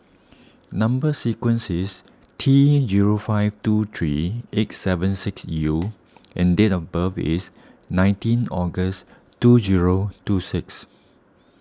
Number Sequence is T zero five two three eight seven six U and date of birth is nineteen August two zero two six